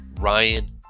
Ryan